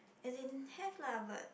as in have lah but